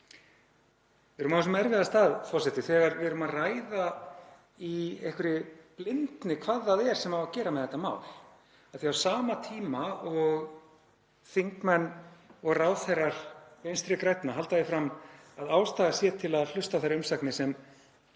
Við erum á þessum erfiða stað, forseti, þegar við erum að ræða í einhverri blindni hvað það er sem á að gera með þetta mál, af því að á sama tíma og þingmenn og ráðherrar Vinstri grænna halda því fram að ástæða sé til að hlusta á þær umsagnir sem